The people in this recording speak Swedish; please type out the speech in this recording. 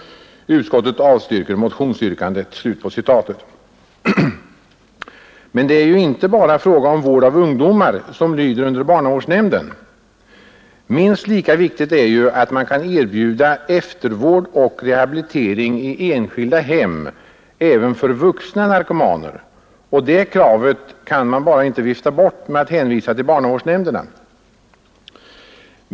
Utskottet avstyrker motionsyrkandet.” Men frågan gäller inte bara vård av ungdomar som lyder under barnavårdsnämnden. Minst lika viktigt är att kunna erbjuda eftervård och rehabilitering i enskilda hem för vuxna narkomaner, och det kravet kan man inte bara vifta bort genom att hänvisa till barnavårdsnämnderna.